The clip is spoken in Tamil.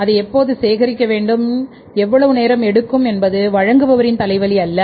அதை எப்போது சேகரிக்க வேண்டும் எவ்வளவு நேரம் எடுக்கும் என்பது வழங்குபவரின் தலைவலி அல்ல